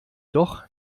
doch